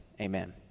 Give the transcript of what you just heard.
amen